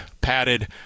padded